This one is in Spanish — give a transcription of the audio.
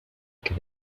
que